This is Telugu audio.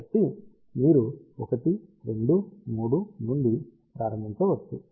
కాబట్టి మీరు 1 2 3 నుండి ప్రారంభించవచ్చు